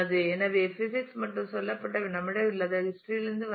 எனவே பிசிக்ஸ் மற்றும் சொல்லப்பட்டவை நம்மிடம் இல்லாத ஹிஸ்டரி லிருந்து வந்தவை